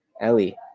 Ellie